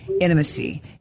Intimacy